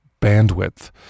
bandwidth